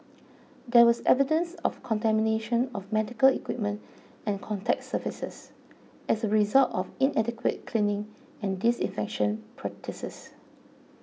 there was evidence of contamination of medical equipment and contact surfaces as a result of inadequate cleaning and disinfection practices